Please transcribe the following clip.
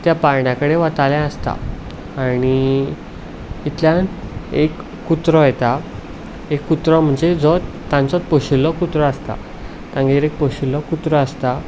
त्या पाळण्या कडेन वतालें आसता आनी इतल्यान एक कुत्रो येता एक कुत्रो म्हणजे जो तांचोच पोशिल्लो कुत्रो आसता तांगेर एक पोशिल्लो कुत्रो आसता